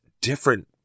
different